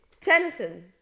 Tennyson